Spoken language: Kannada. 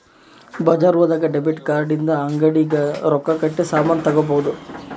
ಬಜಾರ್ ಹೋದಾಗ ಡೆಬಿಟ್ ಕಾರ್ಡ್ ಇಂದ ಅಂಗಡಿ ದಾಗ ರೊಕ್ಕ ಕಟ್ಟಿ ಸಾಮನ್ ತಗೊಬೊದು